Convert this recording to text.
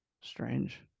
strange